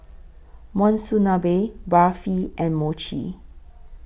Monsunabe Barfi and Mochi